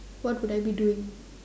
what would I be doing